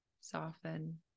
soften